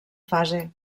fase